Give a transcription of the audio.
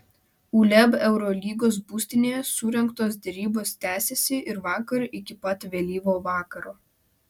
uleb eurolygos būstinėje surengtos derybos tęsėsi ir vakar iki pat vėlyvo vakaro